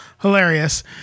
hilarious